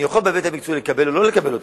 אני יכול בהיבט המקצועי לקבל או לא לקבל אותה,